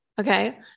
Okay